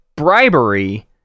Bribery